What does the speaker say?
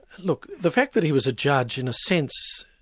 look the fact that he was a judge, in a sense,